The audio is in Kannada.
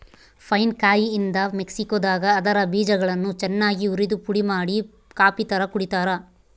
ಪೈನ್ ಕಾಯಿಯಿಂದ ಮೆಕ್ಸಿಕೋದಾಗ ಅದರ ಬೀಜಗಳನ್ನು ಚನ್ನಾಗಿ ಉರಿದುಪುಡಿಮಾಡಿ ಕಾಫಿತರ ಕುಡಿತಾರ